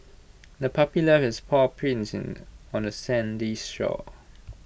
the puppy left its paw prints on the sandy shore